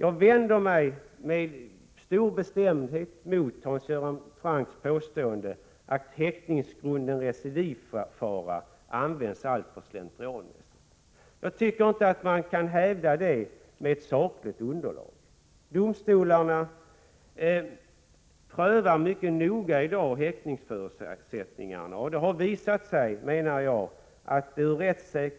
Jag vänder mig med stor bestämdhet mot Hans Göran Francks påstående att häktningsgrunden recidivfara används alltför slentrianmässigt. Jag tycker inte att man kan hävda det med sakligt underlag. Domstolarna prövar i dag häktningsförutsättningarna mycket noga, och det har enligt min mening visat sig att det ur rättslig